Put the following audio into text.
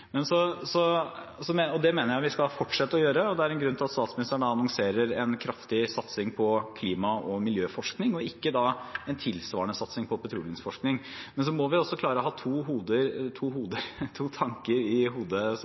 Det mener jeg vi skal fortsette å gjøre, og det er en av grunnene til at statsministeren annonserer en kraftig satsing på klima- og miljøforskning og ikke en tilsvarende satsing på petroleumsforskning. Men vi må også klare å ha to tanker i hodet samtidig. Jeg syns representanten for Fellesforbundet, LO-organisasjonen som organiserer veldig mange av dem som jobber i